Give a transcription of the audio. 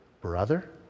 brother